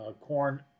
Corn